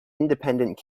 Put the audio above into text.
independent